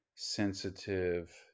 sensitive